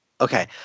okay